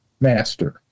master